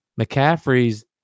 McCaffrey's